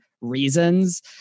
reasons